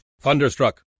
Thunderstruck